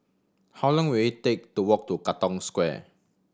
how long will it take to walk to Katong Square